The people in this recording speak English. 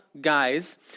guys